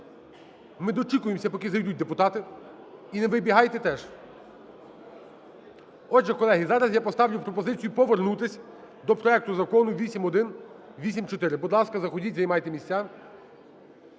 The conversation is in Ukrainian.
Ми дочікуємося, поки зайдуть депутати. І не вибігайте теж! Отже, колеги, зараз я поставлю пропозицію повернутися до проекту Закону 8184. Будь ласка, заходьте, займайте місця.